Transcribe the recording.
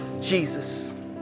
Jesus